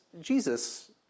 Jesus